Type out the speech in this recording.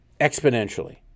exponentially